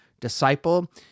disciple